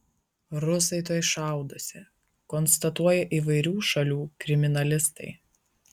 rusai tuoj šaudosi konstatuoja įvairių šalių kriminalistai